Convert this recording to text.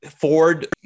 Ford